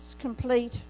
complete